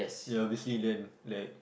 ya obviously then like